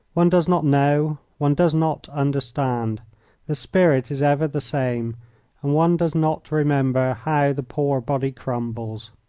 one does not know, one does not understand the spirit is ever the same, and one does not remember how the poor body crumbles.